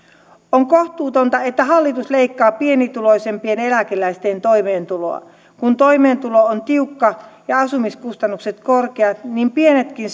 on kohtuutonta että hallitus leikkaa pienituloisimpien eläkeläisten toimeentuloa kun toimeentulo on tiukka ja asumiskustannukset korkeat niin pienetkin